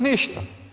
Ništa.